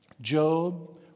Job